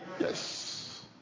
Yes